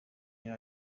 iyo